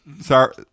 Sorry